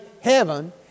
heaven